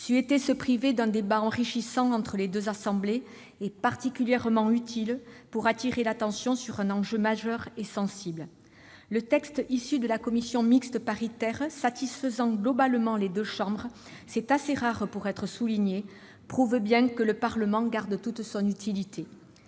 aurait privés d'un débat enrichissant entre les deux assemblées et particulièrement utile pour attirer l'attention sur un enjeu majeur et sensible. Le texte issu des travaux de la commission mixte paritaire, qui satisfaisait globalement les deux chambres- c'est assez rare pour être souligné -, prouve bien que le Parlement garde toute son utilité.